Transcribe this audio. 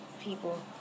people